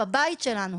בבית שלנו".